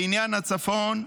לעניין הצפון,